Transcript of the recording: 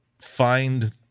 find